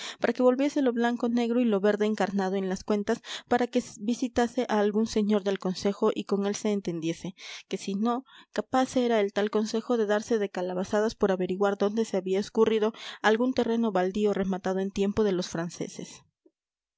para que volviese lo blanco negro y lo verde encarnado en las cuentas para que visitase a algún señor del consejo y con él se entendiese que si no capaz era el tal consejo de darse de calabazadas por averiguar dónde se había escurrido algún terreno baldío rematado en tiempo de los franceses